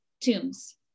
tombs